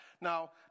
Now